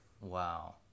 Wow